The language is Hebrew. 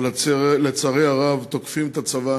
אבל לצערי הרב תוקפים את הצבא